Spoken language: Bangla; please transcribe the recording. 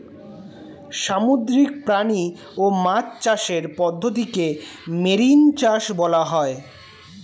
সামুদ্রিক প্রাণী ও মাছ চাষের পদ্ধতিকে মেরিন চাষ বলা হয়